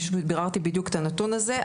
ביררתי בדיוק את הנתון הזה,